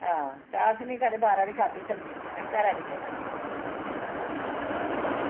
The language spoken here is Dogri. हां ते अस निं कदें बाह्रा दी खाद्धी सब्जी अस घरै दी गै खन्ने आं